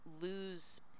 lose